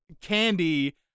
candy